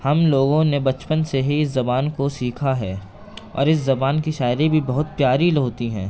ہم لوگوں نے بچپن سے ہی اس زبان کو سیکھا ہے اور اس زبان کی شاعری بھی بہت پیاری ہوتی ہیں